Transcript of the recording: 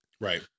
Right